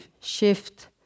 shift